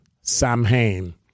Samhain